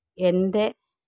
എൻ്റെ